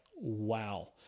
wow